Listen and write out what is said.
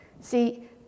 See